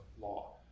law